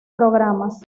programas